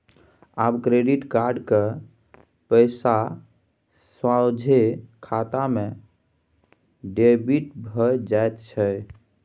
आब credit card क पैसा सोझे खाते सँ डेबिट भए जाइत छै